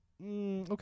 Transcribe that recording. Okay